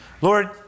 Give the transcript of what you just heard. Lord